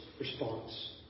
response